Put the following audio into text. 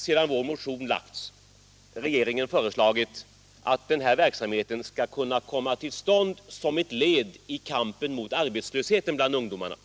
Sedan vår motion framlagts har regeringen föreslagit att den här verksamheten skall kunna komma till stånd som ett led i kampen mot arbetslösheten bland ungdomarna,